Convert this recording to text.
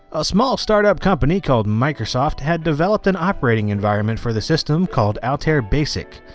a small start-up company called microsoft had developed an operating environment for the system called altair basic.